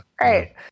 Right